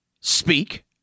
speak